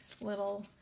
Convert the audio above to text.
little